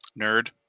nerd